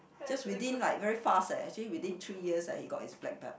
just within like very fast eh actually within three years he got his black belt